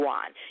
on